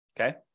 Okay